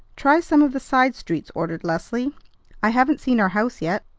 try some of the side streets, ordered leslie i haven't seen our house yet.